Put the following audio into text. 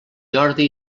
jordi